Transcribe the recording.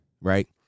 right